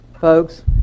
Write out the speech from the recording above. Folks